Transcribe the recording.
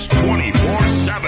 24-7